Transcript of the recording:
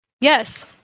Yes